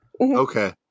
okay